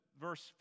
verse